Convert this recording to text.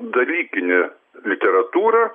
dalykinę literatūrą